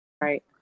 Right